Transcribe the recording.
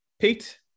Pete